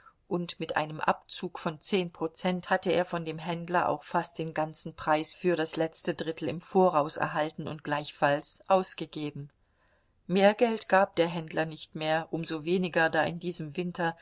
und mit einem abzug von zehn prozent hatte er von dem händler auch fast den ganzen preis für das letzte drittel im voraus erhalten und gleichfalls ausgegeben mehr geld gab der händler nicht her um so weniger da in diesem winter